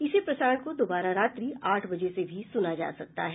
इसी प्रसारण को दोबारा रात्रि आठ बजे से भी सुना जा सकता है